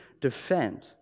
defend